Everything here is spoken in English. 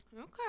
Okay